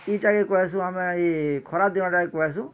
ଇଟାକୁ କହେସୁଁ ଆମେ କି ଖରାଦିନଟାକୁ କହେସୁଁ